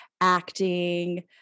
acting